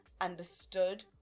understood